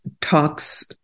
talks